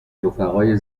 رفقای